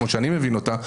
כמו שאני מבין אותה,